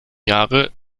jahre